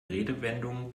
redewendungen